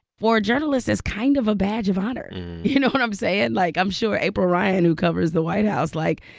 for journalists, it's kind of a badge of honor you know what i'm saying? like, i'm sure april ryan, who covers the white house like,